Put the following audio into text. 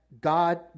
God